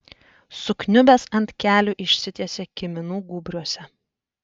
sukniubęs ant kelių išsitiesė kiminų gūbriuose